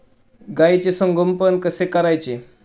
गाईचे संगोपन कसे करायचे?